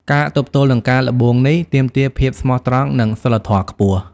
ការទប់ទល់នឹងការល្បួងនេះ ទាមទារភាពស្មោះត្រង់ និងសីលធម៌ខ្ពស់។